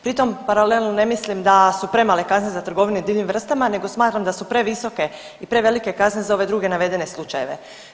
Pritom paralelno ne mislim da su premale kazne za trgovinu i divljim vrstama nego smatram da su previsoke i prevelike kazne za ove druge navedene slučajeve.